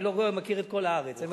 אני לא מכיר את כל הארץ, אני מכיר רק חלק.